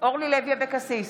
אורלי לוי אבקסיס,